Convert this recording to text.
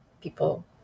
people